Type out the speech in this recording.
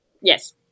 Yes